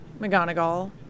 McGonagall